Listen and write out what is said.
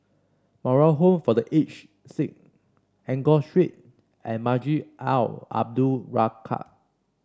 Moral Home for The Aged Sick Enggor Street and Masjid Al Abdul Razak